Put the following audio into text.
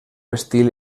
estil